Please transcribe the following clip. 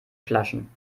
flaschen